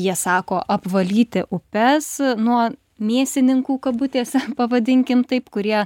jie sako apvalyti upes nuo mėsininkų kabutėse pavadinkim taip kurie